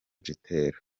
gitero